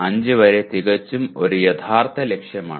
5 വരെ തികച്ചും ഒരു യഥാർത്ഥ ലക്ഷ്യമാണ്